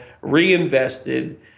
reinvested